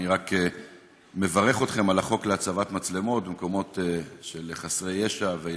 אני רק מברך אתכם על החוק להצבת מצלמות במקומות של חסרי ישע וילדים.